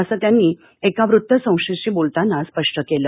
असं त्यांनी एका वृत्त संस्थेशी बोलताना स्पष्ट केलं